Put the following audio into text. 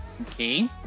Okay